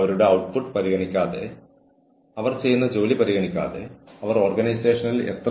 അവ ഗുരുതരമാണ് എന്നാൽ നിങ്ങളുടെ സ്ഥാപനത്തെ സംബന്ധിച്ചിടത്തോളം അവ വളരെ ഗൌരവമുള്ളവയല്ല